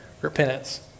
repentance